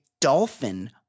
dolphin